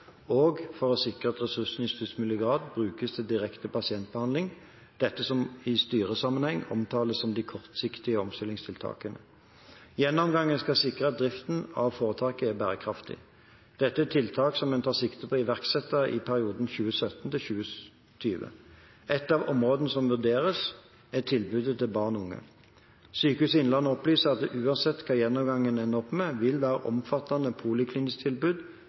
og for å sikre at ressursene i størst mulig grad brukes til direkte pasientbehandling, det som i styresammenheng omtales som de kortsiktige omstillingstiltakene. Gjennomgangen skal sikre at driften av foretaket er bærekraftig. Dette er tiltak som en tar sikte på å iverksette i perioden 2017–2020. Et av områdene som vurderes, er tilbudet til barn og unge. Sykehuset Innlandet opplyser at det, uansett hva gjennomgangen ender opp med, vil være omfattende